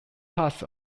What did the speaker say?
parts